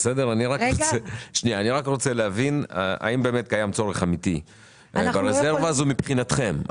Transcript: אני רק רוצה להבין האם קיים צורך אמיתי ברזרבה הזו מבחינתכם.